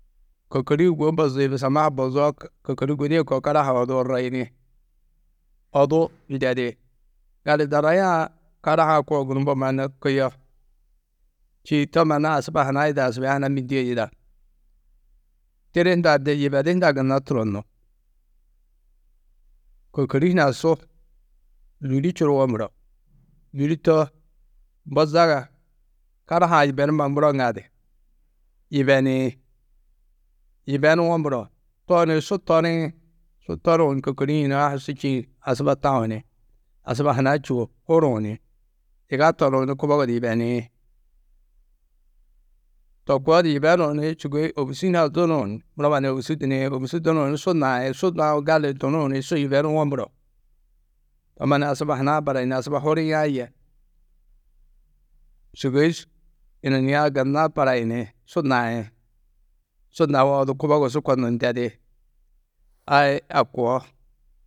Kôkori-ĩ wô bozi busamma ha bozoo kôkori gudi-ĩ ko karaha-ã odu orroyini. Odu ndedi. Gali darraya-ã karaha-ã ko gunú, mbo mannu kuyo, či to manu asuba huna yida asubia huna mîndie yida tiri hundã de yibedi hundã gunnna turonnu. Kôkori hunã su lûli čuruwo muro, lûli to mbo zaga karaha-ã yibenuma muro ŋadu yibeniĩ. Yibenuwo muro tooni su toriĩ su torruũ ni kôkori-ĩ yuna-ã ha su ĉîĩ asuba tau ni asuba huna čûo huruũ ni yiga torruũ ni kubogo di yibeyiniĩ. To koo di yibenuũ ni sûgoi ôbusu hunã dunuũ muro mannu ôbusu duniĩ, ôbusu dunuũ ni su naĩ, su nawo gali di tunuũ ni su yîbenuwo muro. To mannu asuba hunã barayini asuba huriã yê, šûgoi yininiã gunna barayini su nai su nauwo odu kubogo su konuũ ndedi ai a koo.